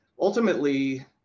Ultimately